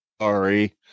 Sorry